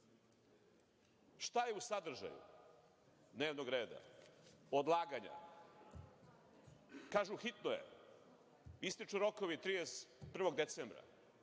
je u sadržaju dnevnog reda? Odlaganja. Kažu – hitno je. Ističu rokovi 31. decembra.